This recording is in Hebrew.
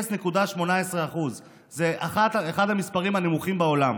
0.18%. זה אחד המספרים הנמוכים בעולם.